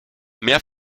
mehr